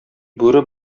бүре